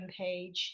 homepage